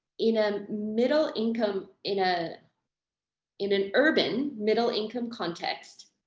in ah middle income, in a in an urban middle income context,